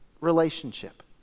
relationship